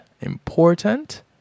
important